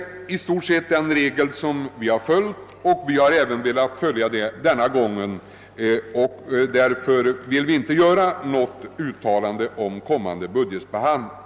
Utskottsmajoriteten har velat följa samma regel även denna gång, och vi vill alltså inte att riksdagen skall göra något uttalande om den kommande budgetbehandlingen.